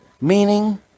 meaning